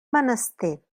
menester